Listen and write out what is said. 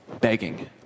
begging